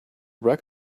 wreck